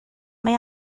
mae